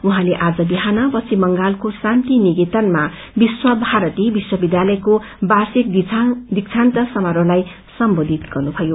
उहाँले आज विहान पश्चिम बंगलको शान्तिनिकेतनमा विश्व भारती विश्वविद्यालयको वार्षिक दीक्षान्त समारोह्ताई सम्बोधित गर्नुभयो